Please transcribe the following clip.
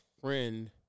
friend